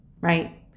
right